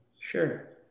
Sure